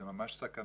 זה ממש סכנה,